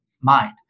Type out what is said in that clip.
mind